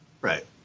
Right